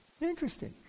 Interesting